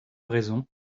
raison